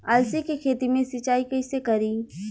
अलसी के खेती मे सिचाई कइसे करी?